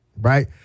right